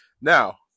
now